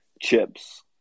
chips